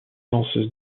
danseuse